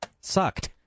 sucked